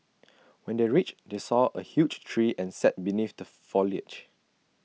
when they reached they saw A huge tree and sat beneath the foliage